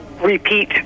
repeat